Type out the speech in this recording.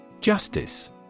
Justice